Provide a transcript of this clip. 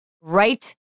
Right